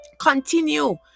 Continue